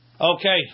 Okay